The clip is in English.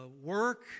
Work